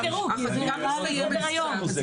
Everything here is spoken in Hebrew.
עכשיו הם נזכרו, כי זה עלה לסדר היום.